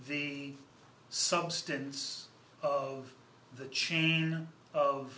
the substance of the chain of